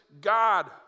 God